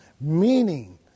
Meaning